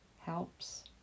helps